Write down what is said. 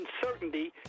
uncertainty